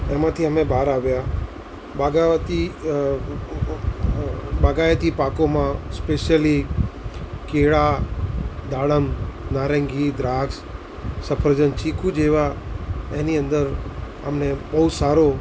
એમાંથી અમે બહાર આવ્યા બાગાવતી બાગાયતી પાકોમાં સ્પેશ્યલી કેળા દાડમ નારંગી દ્રાક્ષ સફરજન ચીકુ જેવા એની અંદર અમને બહુ સારો